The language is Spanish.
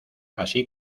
así